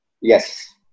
Yes